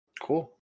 Cool